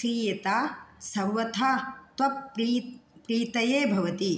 क्रीयता सर्वथा त्वत्प्री प्रीतये भवति